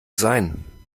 sein